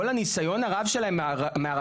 כל הניסיון הרב שלהם מהרק"ל,